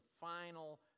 final